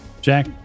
Jack